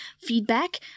feedback